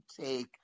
take